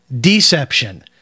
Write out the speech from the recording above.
Deception